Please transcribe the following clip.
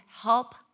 help